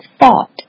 thought